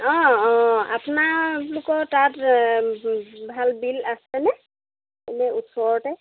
অঁ অঁ আপোনালালোকৰ তাত ভাল বিল আছেনে এনে ওচৰতে